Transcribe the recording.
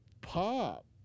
pop